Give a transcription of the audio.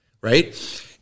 Right